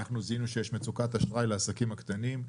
אנחנו זיהינו שיש מצוקת אשראי לעסקים הקטנים.